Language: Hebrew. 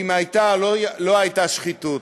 אם הייתה או לא הייתה שחיתות.